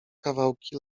kawałki